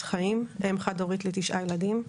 חד-הורית לתשעה ילדים.